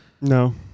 No